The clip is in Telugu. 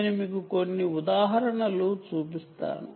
నేను మీకు కొన్ని ఉదాహరణలు చూపిస్తాను